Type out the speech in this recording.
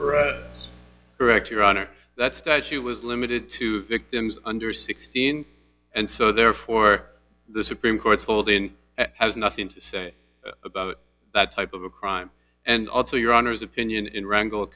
process correct your honor that statute was limited to victims under sixteen and so therefore the supreme court's hold in has nothing to say about that type of a crime and also your honour's opinion in wran